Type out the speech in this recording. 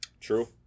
True